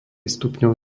stupňov